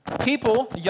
People